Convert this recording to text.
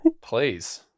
Please